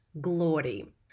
glory